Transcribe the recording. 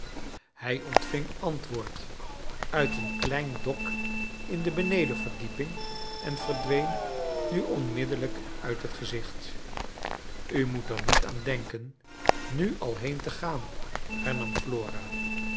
hij ontving antwoord uit een klein dok in de benedenverdieping en verdween nu onmiddellijk uit het gezicht u moet er niet aan denken nu al heen te gaan